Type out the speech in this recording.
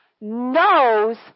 knows